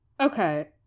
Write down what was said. okay